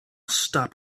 stop